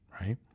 right